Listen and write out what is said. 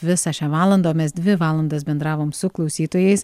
visą šią valandą o mes dvi valandas bendravom su klausytojais